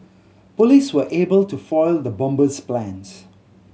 police were able to foil the bomber's plans